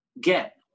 get